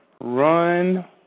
Run